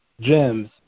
gems